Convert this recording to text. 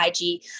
IG